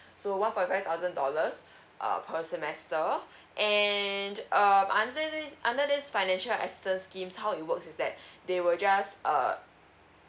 so one point five thousand dollars err per semester and um under this under this financial assistance schemes how it works is that they will just err